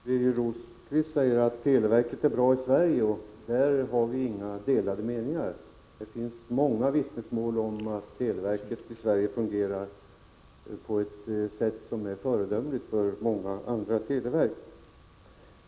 Herr talman! Birger Rosqvist säger att televerket i Sverige är bra, och om det råder inte några delade meningar. Det finns många vittnesmål om att televerket i Sverige fungerar på ett sätt som är föredömligt jämfört med förhållandena i många andra länder.